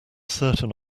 certain